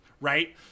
right